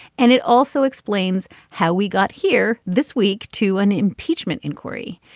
and it also explains how we got here this week to an impeachment inquiry.